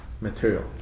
material